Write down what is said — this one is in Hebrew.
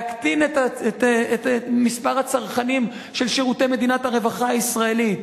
להקטין את מספר הצרכנים של שירותי מדינת הרווחה הישראלית.